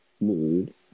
Mood